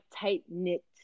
tight-knit